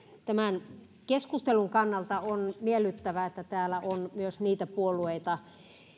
tämän keskustelun kannalta on miellyttävää että täällä on edustettuina myös niitä puolueita